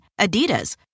Adidas